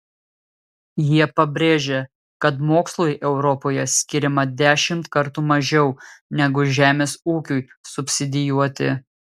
jie pabrėžia kad mokslui europoje skiriama dešimt kartų mažiau negu žemės ūkiui subsidijuoti